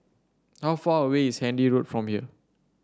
how far away is Handy Road from here